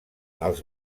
els